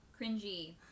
Cringy